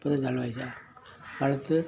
வளர்த்து